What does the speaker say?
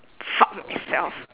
fuck myself